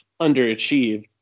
underachieved